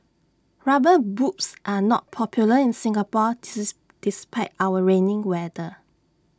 rubber boots are not popular in Singapore despite our rainy weather